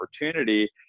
opportunity